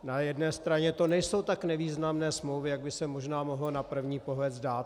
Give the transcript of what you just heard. Na jedné straně to nejsou tak nevýznamné smlouvy, jak by se možná mohlo na první pohled zdát.